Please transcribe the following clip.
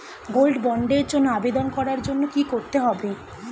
Gold বন্ডের জন্য আবেদন করার জন্য কি করতে হবে?